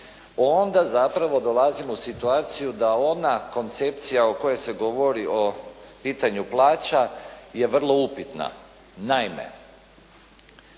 onda zapravo dolazimo u situaciju da ona koncepcija o kojoj se govori o pitanju plaća je vrlo upitna.